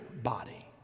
Body